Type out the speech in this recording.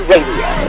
Radio